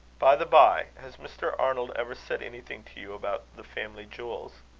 by the bye, has mr. arnold ever said anything to you about the family jewels?